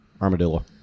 Armadillo